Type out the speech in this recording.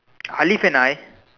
Alif and I